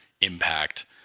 impact